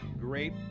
great